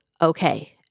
Okay